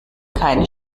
keine